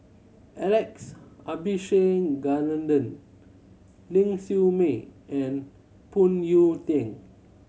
Alex Abisheganaden Ling Siew May and Phoon Yew Tien